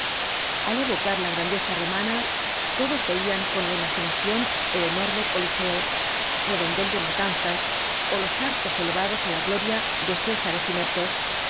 al evocar la grandeza romana todos veían con la imaginación el enorme coliseo redondel de matanzas ó los arcos elevados á la gloria de césares ineptos